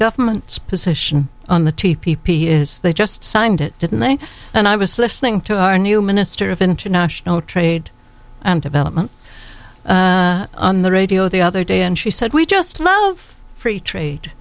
government's position on the t p p is they just signed it didn't they and i was listening to our new minister of international trade and development on the radio the other day and she said we just love free trade